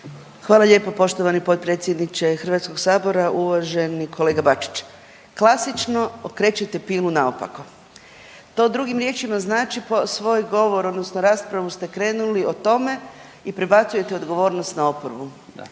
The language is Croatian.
Hvala lijepo poštovani potpredsjedniče Hrvatskog sabora. Uvaženi kolega Bačić, klasično okrećete pilu naopako. To drugim riječima znači svoj govori odnosno ste krenuli o tome i prebacujete odgovornost na oporbu.